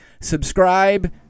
subscribe